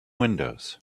windows